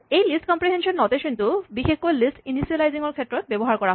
এই list comprehension notation টো বিশেষকৈ লিষ্ট ইনিচিয়েলাইজিং ৰ ক্ষেত্ৰত ব্যৱহাৰ হয়